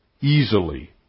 easily